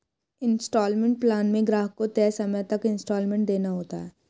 instalment plan में ग्राहक को तय समय तक इन्सटॉलमेंट देना होता है